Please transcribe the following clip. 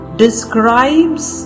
describes